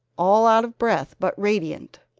all out of breath but radiant.